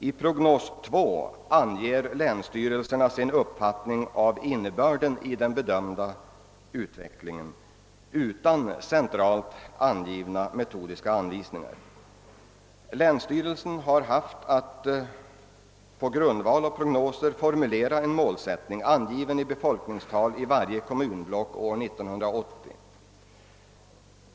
I prognos 2 redovisar länsstyrelserna sin uppfattning om innebörden i den bedömda utvecklingen utan centralt utfärdade metodiska anvisningar. Länsstyrelserna har haft att på grundval av prognoser formulera en målsättning angiven i befolkningstal i varje kommunblock år 1980.